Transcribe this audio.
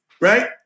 Right